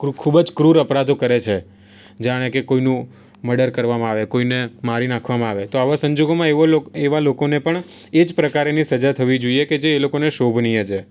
ખૂબ જ ક્રૂર અપરાધો કરે છે જાણે કે કોઈનું મડર કરવામાં આવે કોઈને મારી નાખવામાં આવે તો આવા સંજોગોમાં એવા લોકોને પણ એ જ પ્રકારની સજા થવી જોઈએ કે જે એ લોકોને શોભનીય છે